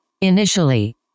Initially